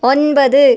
ஒன்பது